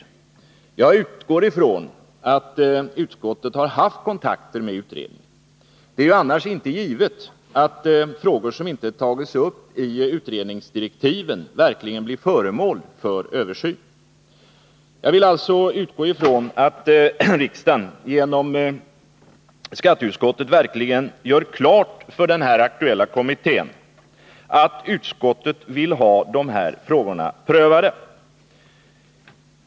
Jag utgår från att utskottet haft kontakter med utredningen. Det är annars inte givet att frågor som inte tagits upp i utredningsdirektiven verkligen blir föremål för översyn. Jag vill alltså utgå från att riksdagen genom skatteutskottet verkligen gör klart för den aktuella kommittén att utskottet vill ha de här frågorna prövade.